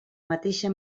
mateixa